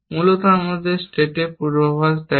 মূলত আমাদের স্টেটে পূর্বাভাস দেয়